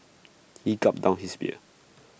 he gulped down his beer